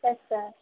yes sir